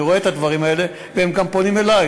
אני רואה את הדברים האלה והם גם פונים אלי,